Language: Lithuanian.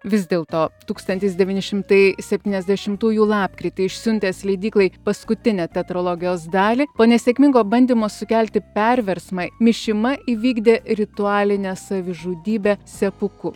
vis dėl to tūkstantis devyni šimtai septyniasdešimtųjų lapkritį išsiuntęs leidyklai paskutinę tetralogijos dalį po nesėkmingo bandymo sukelti perversmą mišima įvykdė ritualinę savižudybę sepuku